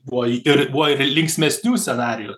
buvo ir buvo ir linksmesnių scenarijų